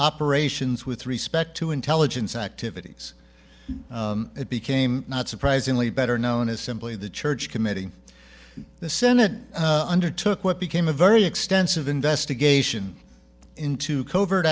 operations with respect to intelligence activities it became not surprisingly better known as simply the church committee the senate undertook what became a very extensive investigation into covert